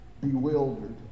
Bewildered